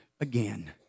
again